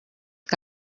que